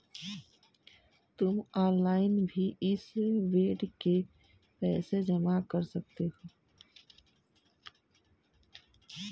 तुम ऑनलाइन भी इस बेड के पैसे जमा कर सकते हो